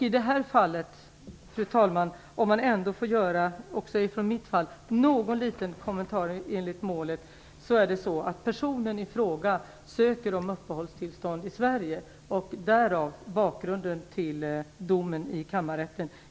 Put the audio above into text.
I det här fallet - om också jag, fru talman, får göra en liten kommentar enligt målet - är det så att personen i fråga söker uppehållstillstånd i Sverige; därav bakgrunden till domen i kammarrätten.